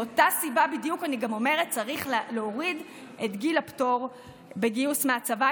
אני גם אומרת שצריך להוריד את גיל הפטור בגיוס מהצבא,